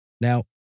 Now